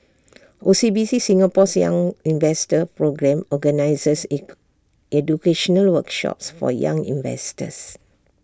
O C B C Singapore's young investor programme organizes educational workshops for young investors